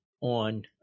on